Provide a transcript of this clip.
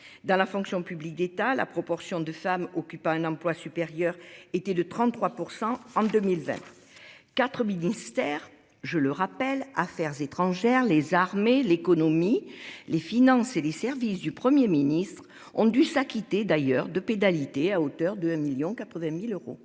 dans la fonction publique d'État, la proportion de femmes occupant un emploi supérieur était de 33% en 2020. IV ministère je le rappelle, Affaires étrangères, les armées l'économie, les finances et les services du Premier Ministre ont dû s'acquitter d'ailleurs de pénalité à hauteur de 1.080.000 euros.